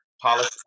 policy